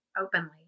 openly